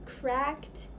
cracked